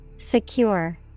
Secure